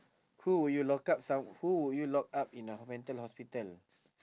who would you lock up some who would you lock up in a mental hospital